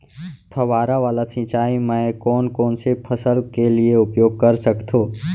फवारा वाला सिंचाई मैं कोन कोन से फसल के लिए उपयोग कर सकथो?